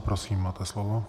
Prosím, máte slovo.